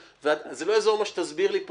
אתה צריך את זה להעביר לשר הביטחון.